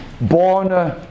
born